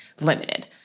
limited